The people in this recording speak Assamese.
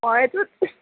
অঁ এইটোত